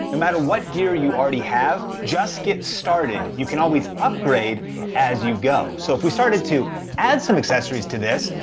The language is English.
no matter what gear you already have, just get started. you can always upgrade as you go. so if we started to add some accessories to this,